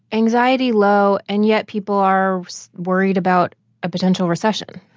anxiety low, and yet people are worried about a potential recession.